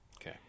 Okay